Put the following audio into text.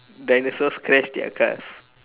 dinosaurs crash their cars